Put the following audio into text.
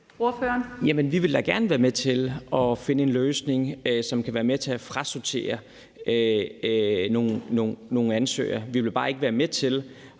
Vi vil da gerne være med til at finde en løsning, som kan være med til at frasortere nogle ansøgere. Vi vil bare ikke være med til,